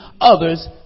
others